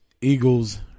Eagles-